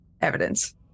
evidence